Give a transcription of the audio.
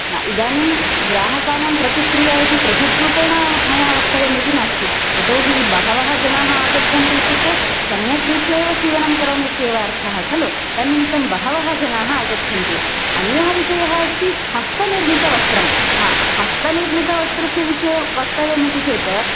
न इदानीं ग्राहकाणां प्रतिक्रिया इति पृथक् रूपेण मया वक्तव्यम् इति नास्ति यतो हि बहवः जनाः आगच्छन्ति इत्युक्ते सम्यक् रीत्या एव सीवनं करोमि इत्येव अर्थः खलु तन्निमित्तं बहवः जनाः आगच्छन्ति अन्यः विषयः अस्ति हस्तनिर्मितवस्त्रं हा हस्तनिर्मितवस्त्रस्य विषये वक्तव्यम् इति चेत्